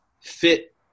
fit